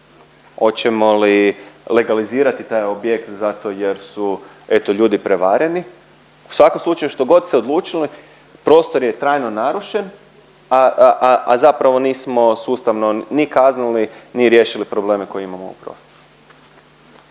hoće li legalizirati taj objekt zato jer su eto ljudi prevareni. U svakom slučaju što god se odlučili prostor je trajno narušen, a zapravo nismo sustavno ni kaznili, ni riješili probleme koje imamo u prostoru.